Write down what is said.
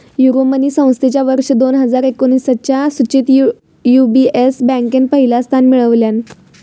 Euromoney संस्थेच्या वर्ष दोन हजार एकोणीसच्या सुचीत यू.बी.एस बँकेन पहिला स्थान मिळवल्यान